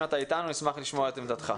נשמח לשמוע את עמדתך.